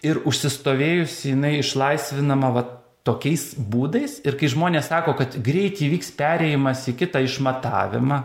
ir užsistovėjusi jinai išlaisvinama va tokiais būdais ir kai žmonės sako kad greit įvyks perėjimas į kitą išmatavimą